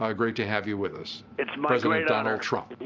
ah great to have you with us. it's my great honor.